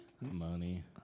Money